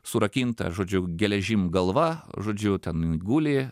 surakinta žodžiu geležim galva žodžiu ten guli